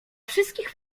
wszystkich